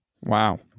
Wow